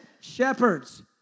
shepherds